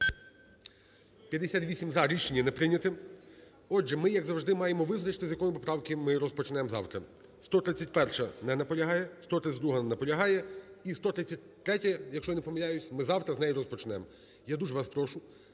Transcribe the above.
За-58 Рішення не прийнято. Отже, ми як зажди, маємо визначити, з якої поправки ми розпочнемо завтра. 131-а. Не наполягає. 132-а. Не наполягає. І 133-я, якщо я не помиляюсь, ми завтра з неї розпочнемо. Я дуже вас прошу,